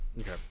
Okay